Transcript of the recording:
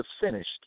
finished